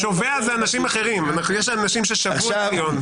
הכנסת נשלטת בשיטה שלנו על ידי קואליציה שנשלטת על ידי